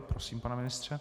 Prosím, pane ministře.